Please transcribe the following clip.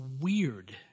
weird